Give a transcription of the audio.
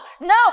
no